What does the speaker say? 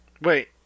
wait